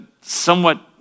somewhat